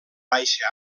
baixa